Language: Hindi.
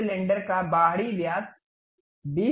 इस सिलेंडर का बाहरी व्यास 20 एम एम है